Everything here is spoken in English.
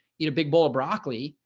eat a big bowl of broccoli,